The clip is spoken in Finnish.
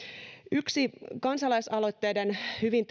yksi kansalaisaloitteiden hyvin